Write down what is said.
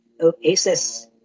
oasis